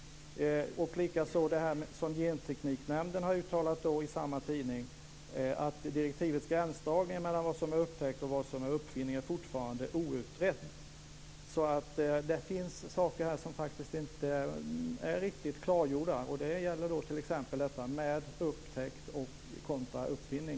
Likaså har Gentekniknämnden i samma tidning uttalat att direktivets gränsdragning mellan vad som är upptäckt och vad som är uppfinning fortfarande är outrett. Det finns saker som faktiskt inte är riktigt klargjorda. Det gäller t.ex. detta med upptäckt kontra uppfinning.